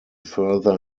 further